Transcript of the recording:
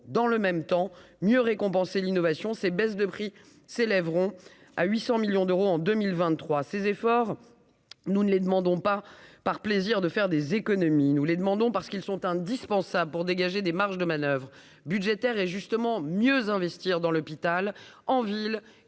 dans le même temps mieux récompenser l'innovation ces baisses de prix s'élèveront à 800 millions d'euros en 2023 ces efforts, nous ne les demandons pas par plaisir de faire des économies, nous les demandons parce qu'ils sont indispensables pour dégager des marges de manoeuvre budgétaires et justement mieux investir dans l'hôpital, en ville